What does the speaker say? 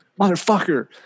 motherfucker